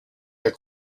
that